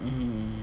mm